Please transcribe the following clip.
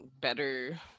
better